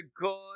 good